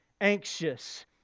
anxious